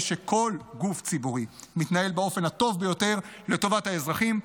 שכל גוף ציבורי מתנהל באופן הטוב ביותר לטובת האזרחים,